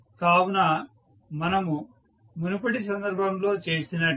కావున మనము మునుపటి సందర్భంలో చేసినట్లు